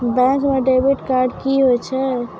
Bank म debit card की होय छै?